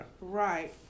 Right